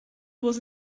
was